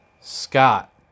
scott